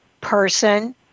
person